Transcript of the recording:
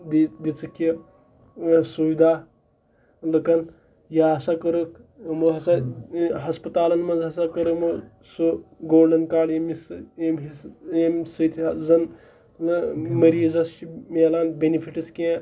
دِ دِژٕکھ یہِ سُوِدا لُکَن یا ہَسا کٔرٕکھ یِمو ہَسا ہَسپَتالَن منٛز ہَسا کٔر یِمو سُہ گولڈَن کارڈ ییٚمِس ییٚمہِ حِصہٕ ییٚمہِ سۭتۍ زَن مٔر مٔریٖزَس چھِ مِلان بٮ۪نِفِٹٕس کینٛہہ